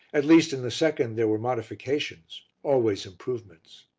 at least in the second there were modifications always improvements.